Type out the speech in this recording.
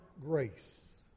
grace